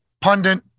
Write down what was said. pundit